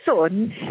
son